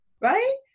right